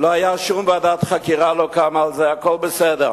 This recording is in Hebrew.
שום ועדת חקירה לא קמה על זה, הכול בסדר.